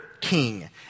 king